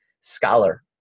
scholar